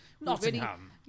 Nottingham